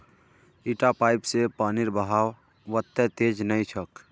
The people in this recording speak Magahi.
इटा पाइप स पानीर बहाव वत्ते तेज नइ छोक